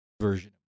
version